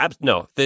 no